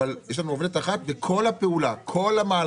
אבל יש לנו עובדת אחת, וכל הפעולה, כל המהלך,